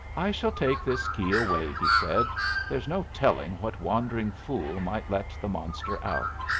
i shall take this key away, he said there's no telling what wandering fool might let the monster out.